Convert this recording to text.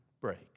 break